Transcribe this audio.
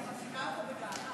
אני מחזיקה אותו בגאווה.